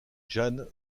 jan